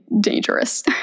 dangerous